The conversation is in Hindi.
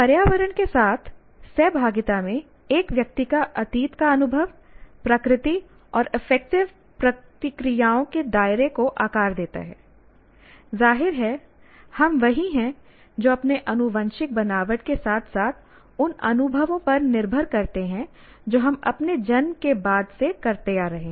पर्यावरण के साथ सहभागिता में एक व्यक्ति का अतीत का अनुभव प्रकृति और अफेक्टिव प्रतिक्रियाओं के दायरे को आकार देता है जाहिर है हम वही हैं जो अपने आनुवंशिक बनावट के साथ साथ उन अनुभवों पर निर्भर करते हैं जो हम अपने जन्म के बाद से करते आ रहे हैं